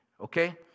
okay